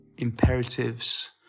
imperatives